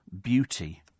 Beauty